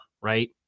right